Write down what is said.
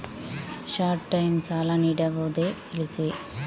Short time ಸಾಲ ನೀಡಬಹುದೇ ತಿಳಿಸಿ?